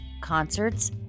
concerts